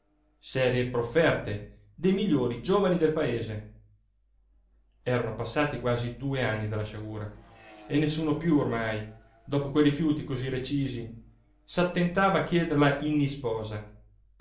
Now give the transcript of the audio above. serie profferte dei migliori giovani del paese erano passati quasi due anni dalla sciagura e nessuno piú ormai dopo quei rifiuti cosí recisi s'attentava a chiederla in isposa